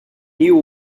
new